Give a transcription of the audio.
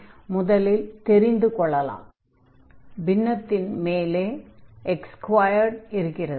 இன்டக்ரன்டின் பின்னத்தின் மேலே x2 இருக்கிறது